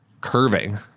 curving